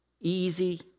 easy